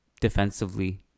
defensively